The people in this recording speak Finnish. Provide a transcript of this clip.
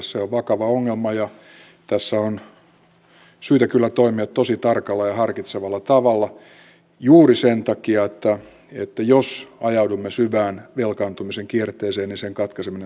se on vakava ongelma ja tässä on syytä kyllä toimia tosi tarkalla ja harkitsevalla tavalla juuri sen takia että jos ajaudumme syvään velkaantumisen kierteeseen niin sen katkaiseminen voi olla vaikeata